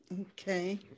Okay